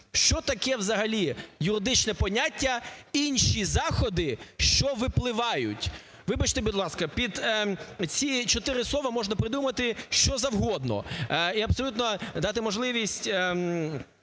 Що таке взагалі юридичне поняття "інші заходи, що випливають"? Вибачте, будь ласка, під ці чотири слова можна придумати що завгодно і абсолютно дати можливість